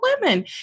women